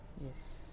Yes